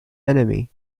enemy